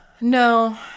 No